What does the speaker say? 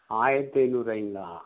ஆயிரத்தி ஐந்நூறுபாய்ங்களா